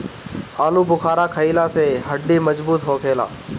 आलूबुखारा खइला से हड्डी मजबूत होखेला